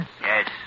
Yes